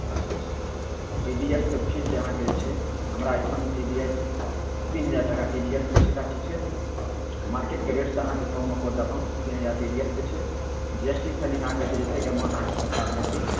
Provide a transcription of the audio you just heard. अच्छा अच्छा देखिऔ टी डी एस के फीस जे अहाँके जे छै हमरा एहिठाम टी डी एस तीन हजार टाका टी डी एस के ठेका ठीक छै मार्केटके रेटसँ अहाँके कममे कऽ देब हम तीन हजार टी डी एस के छै जी एस टी फाइलिङ्ग अहाँके छै जतेक एमाउण्ट अहाँके सरकार लेथिन